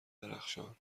درخشان